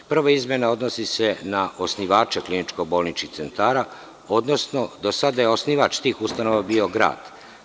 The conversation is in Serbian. Prva izmena odnosi se na osnivače kliničko-bolničkih centara, odnosno do sada je osnivač tih ustanova bio grad.